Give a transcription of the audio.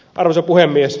arvoisa puhemies